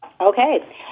Okay